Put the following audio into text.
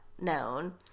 known